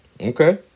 Okay